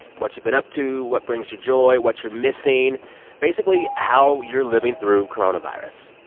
what you've been up to, what brings you joy, what you're missing basically, how you're living through coronavirus.